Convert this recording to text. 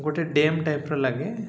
ଗୋଟେ ଡ୍ୟାମ୍ ଟାଇପ୍ର ଲାଗେ